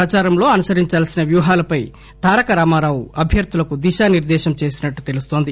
ప్రదారంలో అనుసరిందాల్పిన వ్యూహాలపై తారక రామారావు అభ్యర్ధులకు దిశా నిర్దేశం చేసినట్లు తెలుస్తోంది